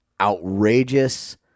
outrageous